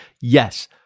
Yes